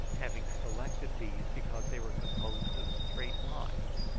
having selected these because they were composed of straight lines,